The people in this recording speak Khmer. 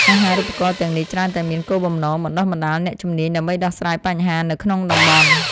អាហារូបករណ៍ទាំងនេះច្រើនតែមានគោលបំណងបណ្តុះបណ្តាលអ្នកជំនាញដើម្បីដោះស្រាយបញ្ហានៅក្នុងតំបន់។